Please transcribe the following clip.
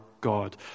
God